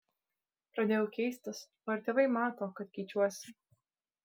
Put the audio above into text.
pradėjau keistis o ir tėvai mato kad keičiuosi